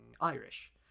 Irish